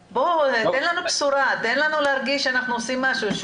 תן לנו בשורה, תן לנו להרגיש שאנחנו עושים משהו.